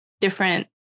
different